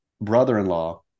brother-in-law